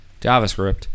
JavaScript